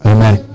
Amen